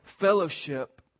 Fellowship